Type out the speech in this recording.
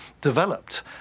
developed